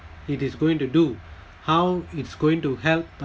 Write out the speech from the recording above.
it is going to do how it's going to help